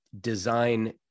design